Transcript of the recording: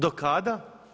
Do kada?